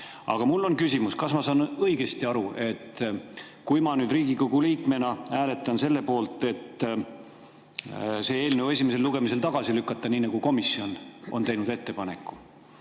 mul on küsimus. Kas ma saan õigesti aru, et kui ma nüüd Riigikogu liikmena hääletan selle poolt, et see eelnõu esimesel lugemisel tagasi lükata, nii nagu komisjon on ettepaneku